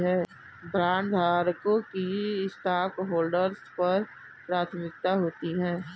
बॉन्डधारकों की स्टॉकहोल्डर्स पर प्राथमिकता होती है